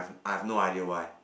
I have no idea why